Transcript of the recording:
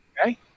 Okay